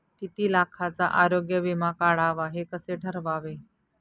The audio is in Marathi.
किती लाखाचा आरोग्य विमा काढावा हे कसे ठरवावे?